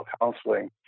counseling